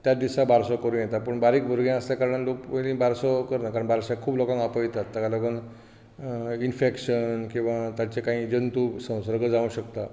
त्याच दिसाक बारसो करूं येता पूण बारीक भुरगें आसले कारणान लोक पयलीं बारसो करनात कारण बारशाक खूब लोकांक आपयतात ताका लागून इनफॅक्शन किंवा ताचे कांय जंतू संसर्ग जावंक शकता